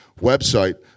website